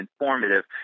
informative